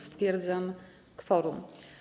Stwierdzam kworum.